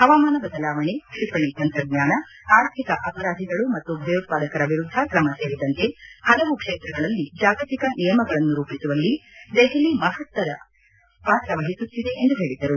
ಪವಾಮಾನ ಬದಲಾವಣೆ ಕ್ಷಿಪಣಿ ತಂತ್ರಜ್ಞಾನ ಆರ್ಥಿಕ ಅಪರಾಧಿಗಳು ಮತ್ತು ಭಯೋತ್ವಾದಕರ ವಿರುದ್ಧ ತ್ರಮ ಸೇರಿದಂತೆ ಹಲವು ಕ್ಷೇತ್ರಗಳಲ್ಲಿ ಜಾಗತಿಕ ನಿಯಮಗಳನ್ನು ರೂಪಿಸುವಲ್ಲಿ ನವದೆಹಲಿ ಮಹತ್ವರ ಪಾತ್ರ ವಹಿಸುತ್ತಿದೆ ಎಂದು ಹೇಳಿದರು